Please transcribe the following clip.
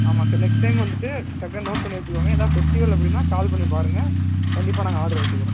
ஆமாம் sir next time வந்துட்டு கரெக்டாக நோட் பண்ணி வைச்சிக்கோங்க எதாது ஃபெஸ்ட்டிவல் அப்படின்னா கால் பண்ணிப் பாருங்கள் கண்டிப்பாக நாங்கள் ஆட்ரு எடுத்துக்குறோம்